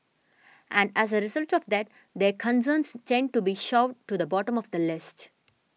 and as a result of that their concerns tend to be shoved to the bottom of the list